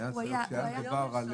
כשהיה מדובר עם